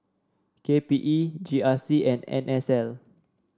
K P E G R C and N S L